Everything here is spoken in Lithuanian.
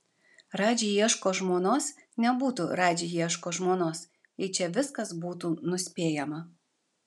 radži ieško žmonos nebūtų radži ieško žmonos jei čia viskas būtų nuspėjama